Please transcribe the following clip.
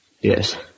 Yes